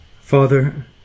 Father